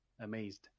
amazed